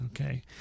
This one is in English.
okay